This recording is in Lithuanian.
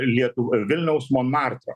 lietuva vilniaus monmartro